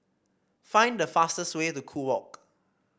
find the fastest way to Kew Walk